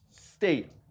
state